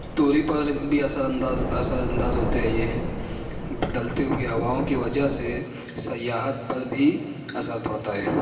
پر بھی اثر انداز اثر انداز ہوتے ہیں یہ بدلتی ہوئی ہواؤں کی وجہ سے سیاحت پر بھی اثر پڑتا ہے